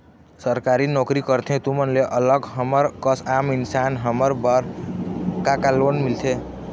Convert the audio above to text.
सरकारी नोकरी करथे तुमन ले अलग हमर कस आम इंसान हमन बर का का लोन मिलथे?